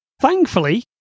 Thankfully